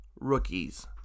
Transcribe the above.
rookies